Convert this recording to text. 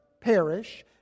perish